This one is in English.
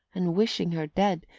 and wishing her dead,